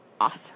awesome